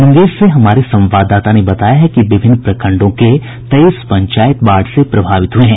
मुंगेर से हमारे संवाददाता ने बताया है कि विभिन्न प्रखंडों के तेईस पंचायत बाढ़ से प्रभावित हुए हैं